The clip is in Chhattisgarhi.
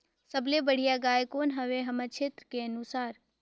सबले बढ़िया गाय कौन हवे हमर क्षेत्र के अनुसार?